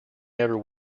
never